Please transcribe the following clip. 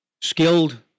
skilled